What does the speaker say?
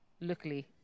Luckily